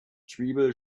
tribal